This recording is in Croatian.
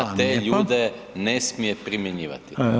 na te ljude ne smije primjenjivati